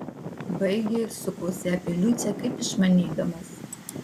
baigė ir sukosi apie liucę kaip išmanydamas